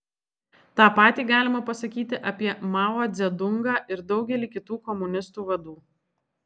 tą patį galima pasakyti apie mao dzedungą ir daugelį kitų komunistų vadų